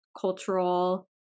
cultural